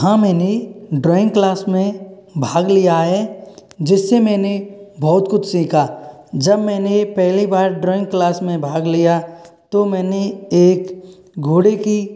हाँ मैंने drawing class में भाग लिया है जिससे मैंने बहुत कुछ सीखा जब मैंने पहली बार ड्रॉइंग क्लास में भाग लिया तो मैंने एक घोड़े की